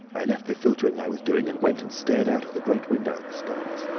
i left the filtering i was doing, and went and stared out of the great window at the stars.